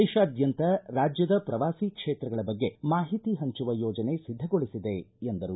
ದೇಶಾದ್ಯಂತ ರಾಜ್ಯದ ಪ್ರವಾಸಿ ಕ್ಷೇತ್ರಗಳ ಬಗ್ಗೆ ಮಾಹಿತಿ ಹಂಚುವ ಯೋಜನೆ ಸಿದ್ಧಗೊಳಿಸಿದೆ ಎಂದರು